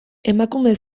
emakume